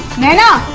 naina.